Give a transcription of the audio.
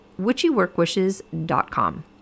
witchyworkwishes.com